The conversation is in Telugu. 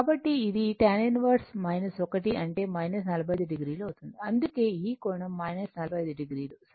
కాబట్టి ఇది tan 1 అంటే 45o అవుతుంది అందుకే ఈ కోణం 45o సరైనది